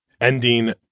ending